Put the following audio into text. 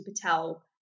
Patel